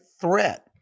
threat